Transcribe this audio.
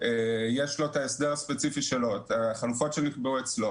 יש ההסדר הספציפי שלו, החלופות שנקבעו אצלו.